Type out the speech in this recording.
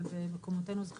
אבל במקומותינו זה חשוב,